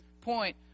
point